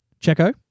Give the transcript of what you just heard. Checo